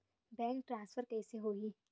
Bank transfer कइसे होही?